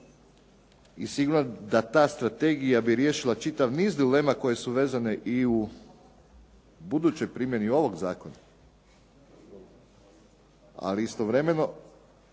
I sigurno da ta strategija bi riješila čitav niz dilema koje su vezane i u budućoj primjeni ovog zakona. Ali istovremeno